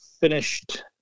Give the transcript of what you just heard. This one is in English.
finished